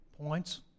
points